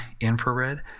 infrared